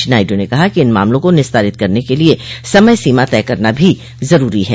श्री नायड् ने कहा कि इन मामलों को निस्तारित करने के लिए समय सीमा तय करना भी जरूरी है